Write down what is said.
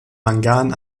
mangan